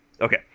Okay